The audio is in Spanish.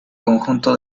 conjunto